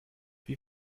wie